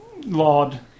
Lord